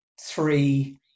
three